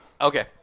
Okay